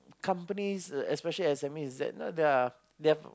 companies uh especially S_M_Es is that you know there are their